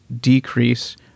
decrease